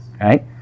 Right